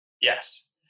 Yes